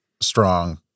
strong